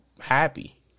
happy